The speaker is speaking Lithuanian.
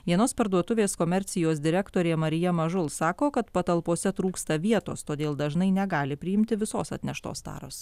vienos parduotuvės komercijos direktorė marija mažul sako kad patalpose trūksta vietos todėl dažnai negali priimti visos atneštos taros